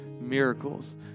miracles